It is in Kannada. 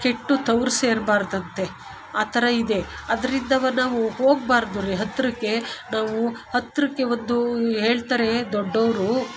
ಕೆಟ್ಟು ತವ್ರು ಸೇರ್ಬಾರ್ದು ಅಂತ ಆ ಥರ ಇದೆ ಅದ್ರಿಂದ ನಾವು ಹೋಗಬಾರ್ದು ರೀ ಹತ್ತಿರಕ್ಕೆ ನಾವು ಹತ್ತಿರಕ್ಕೆ ಒಂದು ಹೇಳ್ತಾರೆ ದೊಡ್ಡವರು